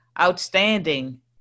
outstanding